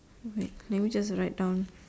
alright let me just write down